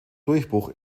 durchbruch